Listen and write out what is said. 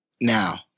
now